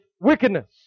wickedness